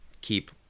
keep